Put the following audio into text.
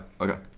okay